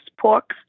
pork